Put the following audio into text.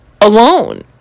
Alone